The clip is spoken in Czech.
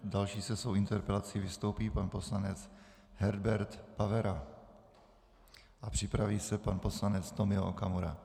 Další se svou interpelací vystoupí pan poslanec Herbert Pavera a připraví se pan poslanec Tomio Okamura.